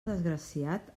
desgraciat